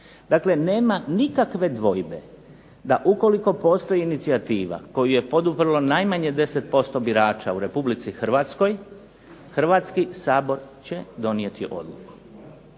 Dakle, nema nikakve dvojbe da ukoliko postoji inicijativa koju je poduprlo najmanje 10% birača u RH Hrvatski sabor će donijeti odluku.